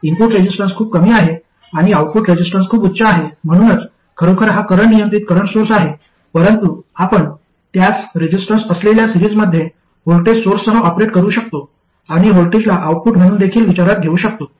input resistance खूप कमी आहे आणि आउटपुट रेजिस्टन्स खूप उच्च आहे म्हणूनच खरोखर हा करंट नियंत्रित करंट सोर्स आहे परंतु आपण त्यास रेजिस्टन्स असलेल्या सिरीजमध्ये व्होल्टेज सोर्ससह ऑपरेट करू शकतो आणि व्होल्टेजला आउटपुट म्हणून देखील विचारात घेऊ शकतो